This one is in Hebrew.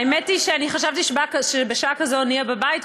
האמת היא שחשבתי שבשעה כזאת נהיה בבית,